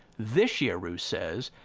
this year, ruth says,